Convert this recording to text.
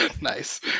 Nice